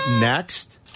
next